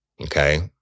Okay